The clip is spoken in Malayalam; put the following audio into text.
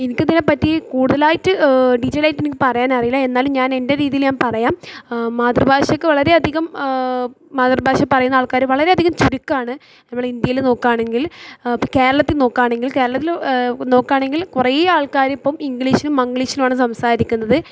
എനിക്കിതിനെ പറ്റി കൂടുലായിട്ട് ഡീറ്റൈല്ഡായിട്ട് എനിക്ക് പറയാനറിയില്ല എന്നാലും ഞാൻ എൻ്റെ രീതിയിൽ ഞാൻ പറയാം മാതൃഭാഷക്ക് വളരെയധികം മാതൃഭാഷ പറയുന്ന ആൾക്കാർ വളരെ അധികം ചുരുക്കമാണ് നമ്മൾ ഇന്ത്യയിൽ നോക്കുവാണെങ്കിൽ ഇപ്പം കേരളത്തിൽ നോക്കണെങ്കിൽ കേരളത്തിൽ ഇപ്പം നോക്കണെങ്കിൽ കുറെ ആൾക്കാർ ഇപ്പം ഇംഗ്ലീഷിലും മംഗ്ലീഷിലുമാണ് സംസാരിക്കുന്നത്